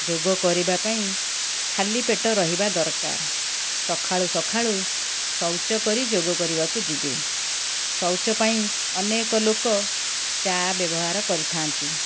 ଯୋଗ କରିବା ପାଇଁ ଖାଲି ପେଟ ରହିବା ଦରକାର ସଖାଳୁ ସଖାଳୁ ଶୌଚକରି ଯୋଗ କରିବାକୁ ଯିବେ ଶୌଚପାଇଁ ଅନେକ ଲୋକ ଚା ବ୍ୟବହାର କରିଥାନ୍ତି